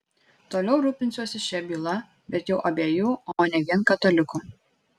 toliau rūpinsiuosi šia byla bet jau abiejų o ne vien kataliko